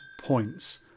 points